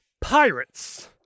pirates